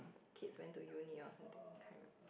kids went to uni or something I can't remember